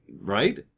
right